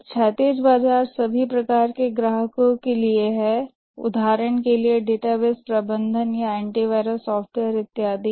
जबकि क्षैतिज बाजार सभी प्रकार के ग्राहकों के लिए है उदाहरण के लिए डेटाबेस प्रबंधन या एंटीवायरस सॉफ़्टवेयर इत्यादि